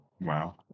Wow